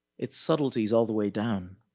it's subtleties all the way down.